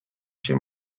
się